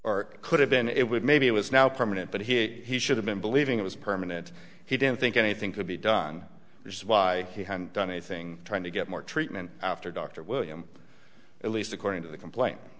or could have been it would maybe it was now permanent but here he should have been believing it was permanent he didn't think anything could be done which is why he hadn't done anything trying to get more treatment after dr william at least according to the complaint